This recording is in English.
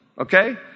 Okay